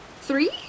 Three